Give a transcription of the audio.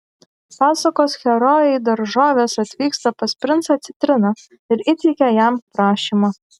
pasakos herojai daržovės atvyksta pas princą citriną ir įteikia jam prašymą